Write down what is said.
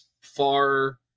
far